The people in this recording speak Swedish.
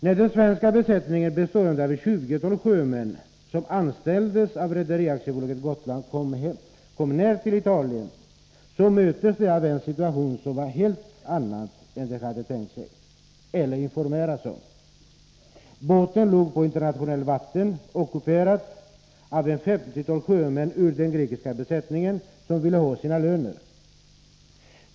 När den svenska besättningen, bestående av ett tjugotal sjömän som anställdes av Rederi AB Gotland, kom ned till Italien, möttes man av en situation som var helt annan än den man tänkt sig eller informerats om. Båten låg på internationellt vatten, ockuperad av ett femtiotal sjömän ur den grekiska besättningen, som ville ha sina löner.